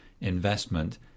investment